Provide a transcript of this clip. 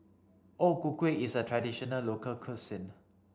O Ku Kueh is a traditional local cuisine